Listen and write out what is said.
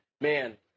Man